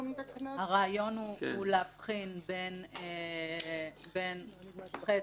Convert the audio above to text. -- כשהרעיון הוא להבחין בין חטא,